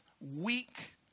weak